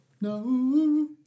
No